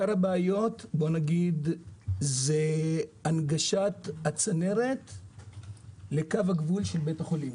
עיקר הבעיות זה הנגשת הצנרת לקו הגבול של בית החולים.